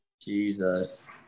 Jesus